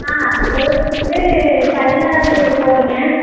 ஆ date வந்து பதினேழாம் தேதி போகறோங்க